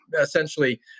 essentially